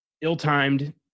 ill-timed